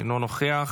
אינו נוכח,